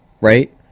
Right